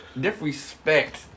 disrespect